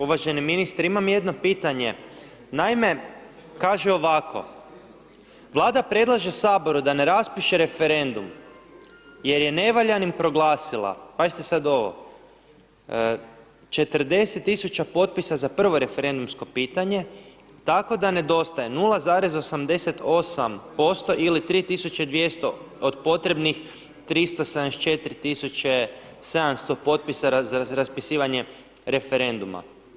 Uvaženi ministre, imam jedno pitanje, naime kaže ovako, vlada predlaže Saboru da ne raspiše referendum, jer je nevaljanim proglasila, pazite sada ovo 40 tisuća potpisa za prvo referendumsko pitanje, tako da nedostaje 0,88% ili 3200 od potrebnih 374700 potpisa za raspisivanje referenduma.